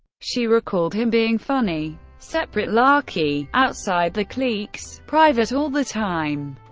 she recalled him being funny, separate, larky outside the cliques private all the time.